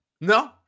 No